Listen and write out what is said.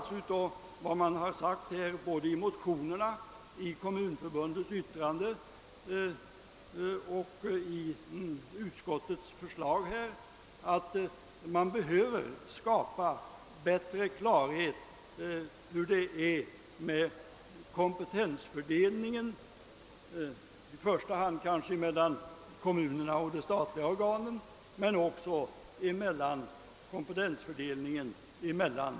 Det framgår av vad som har sagts såväl i motionerna och i Kommunförbundets yttrande som i utskottets förslag att man behöver skapa bättre klarhet på detta område när det gäller kompetensfördelningen, i första hand mellan kommunerna och de statliga organen men även mellan de olika kommunala organen. Herr talman!